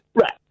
Right